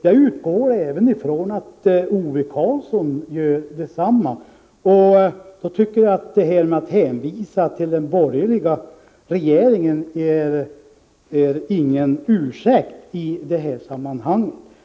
Jag utgår ifrån att Ove Karlsson gör detsamma. Därför tycker jag att det inte är någon ursäkt att hänvisa till den borgerliga regeringen i detta sammanhang.